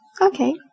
Okay